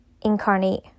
incarnate